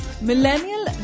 millennial